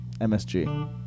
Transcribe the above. MSG